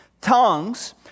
tongues